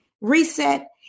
reset